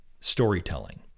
storytelling